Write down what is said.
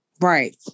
right